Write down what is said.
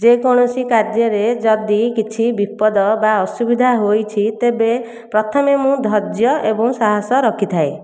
ଯେକୌଣସି କାର୍ଯ୍ୟରେ ଯଦି କିଛି ବିପଦ ବା ଅସୁବିଧା ହୋଇଛି ତେବେ ପ୍ରଥମେ ମୁଁ ଧର୍ଯ୍ୟ ଏବଂ ସାହସ ରଖିଥାଏ